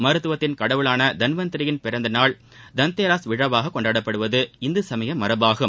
மருந்துவத்தின் கடவுளான தன்வந்தியின் பிறந்த நாள் தந்தேராஸ் விழாவாக கொண்டாடப்படுவது இந்து சமய மரபாகும்